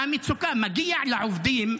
מגיע לעובדים,